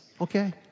okay